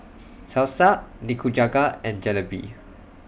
Salsa Nikujaga and Jalebi